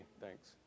thanks